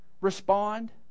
respond